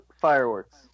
fireworks